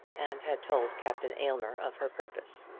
and had told captain aylmer of her purpose.